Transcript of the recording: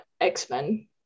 X-Men